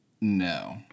No